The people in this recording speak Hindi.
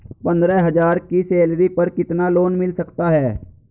पंद्रह हज़ार की सैलरी पर कितना लोन मिल सकता है?